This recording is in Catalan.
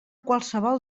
qualsevol